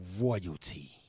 royalty